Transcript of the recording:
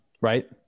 right